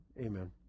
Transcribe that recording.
amen